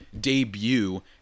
debut